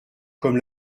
comme